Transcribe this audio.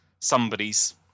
somebody's